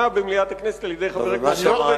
במליאת הכנסת על-ידי חבר הכנסת הורוביץ,